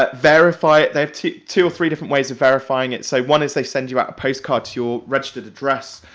but verify it, they have two two or three different ways of verifying it, so one is they send you out a postcard to your registered address,